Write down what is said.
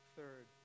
Third